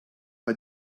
bei